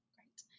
Great